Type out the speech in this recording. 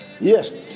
Yes